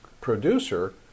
producer